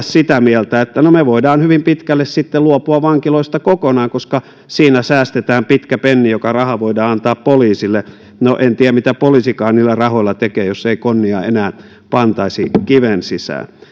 sitä mieltä että me voimme hyvin pitkälle sitten luopua vankiloista kokonaan että siinä säästetään pitkä penni joka raha voidaan antaa poliisille no en tiedä mitä poliisikaan niillä rahoilla tekee jos ei konnia enää pantaisi kiven sisään